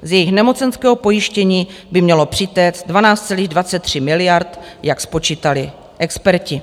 Z jejich nemocenského pojištění by mělo přitéct 12,23 miliard, jak spočítali experti.